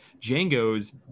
Django's